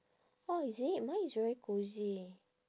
orh is it mine is very cosy